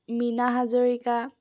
Meena Hazarika